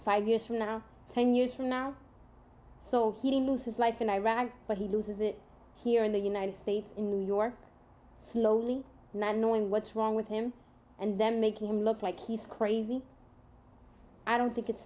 five years from now ten years from now so he moves his life in iraq but he loses it here in the united states in new york slowly not knowing what's wrong with him and then making him look like he's crazy i don't think it's